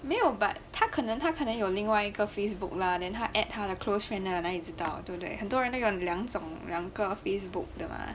没有 but 他可能他可能有另外一个 facebook lah then 他 add 他的 close friend lah 那里知道对不对很多人都有两种两个 facebook 的 mah